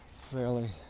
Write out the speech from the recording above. fairly